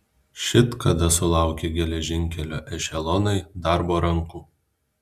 šit kada sulaukė geležinkelio ešelonai darbo rankų